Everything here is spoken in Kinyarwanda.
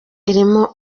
irimo